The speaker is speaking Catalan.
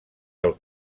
del